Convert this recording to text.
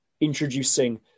introducing